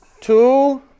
two